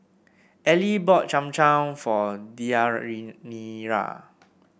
Eli bought Cham Cham for